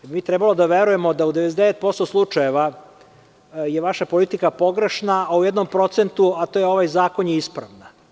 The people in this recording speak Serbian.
Jel bi mi trebalo da verujemo da u 99% slučajeva je vaša politika pogrešna a u jednom procentu, a to je ovaj zakon je ispravna?